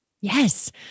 Yes